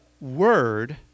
word